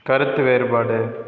கருத்து வேறுபாடு